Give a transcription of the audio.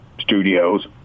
studios